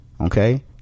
Okay